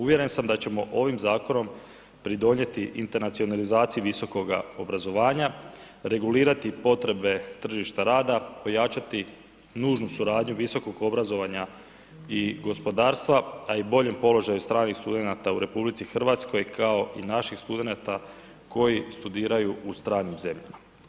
Uvjeren sam da ćemo ovim zakonom pridonijeti internacionalizaciji visokoga obrazovanja, regulirati potrebe tržišta rada, ojačati nužnu suradnju visokog obrazovanja i gospodarstva, a i boljem položaju stranih studenata u RH kao i naših studenata koji studiraju u stranim zemljama.